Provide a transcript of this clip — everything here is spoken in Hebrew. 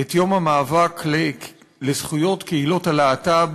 את יום המאבק לזכויות קהילות הלהט"ב